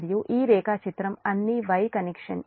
మరియు ఈ రేఖాచిత్రం అన్నీ Y కనెక్షన్